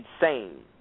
insane